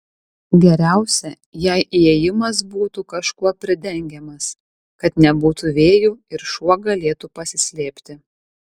geriausia jei įėjimas būtų kažkuo pridengiamas kad nebūtų vėjų ir šuo galėtų pasislėpti